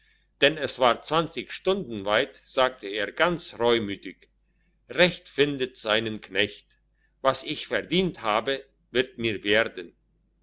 denn es war zwanzig stunden weit sagte er ganz reumütig recht findet seinen knecht was ich verdient habe wird mir werden